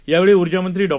यावेळी ऊर्जा मंत्री डॉ